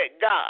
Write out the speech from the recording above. God